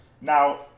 Now